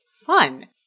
fun